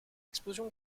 explosion